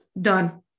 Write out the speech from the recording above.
done